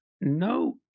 no